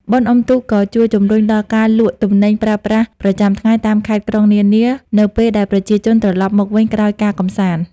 បុណ្យអុំទូកក៏ជួយជំរុញដល់ការលក់ទំនិញប្រើប្រាស់ប្រចាំថ្ងៃតាមខេត្តក្រុងនានា នៅពេលដែលប្រជាជនត្រឡប់មកវិញក្រោយការកម្សាន្ត។